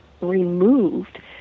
removed